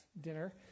dinner